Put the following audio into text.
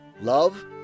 love